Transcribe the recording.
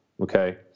Okay